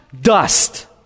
dust